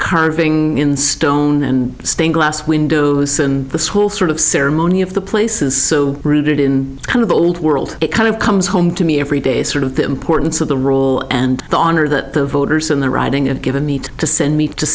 curving in stone and stained glass windows and the school sort of ceremony of the place is so rooted in kind of the old world it kind of comes home to me every day sort of the importance of the rule and the honor that the voters and the writing of given need to send me to